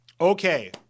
Okay